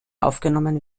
aufgenommen